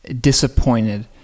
disappointed